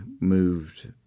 moved